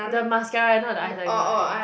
the mascara eh not the eyeliner eh